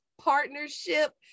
partnership